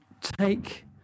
take